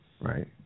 Right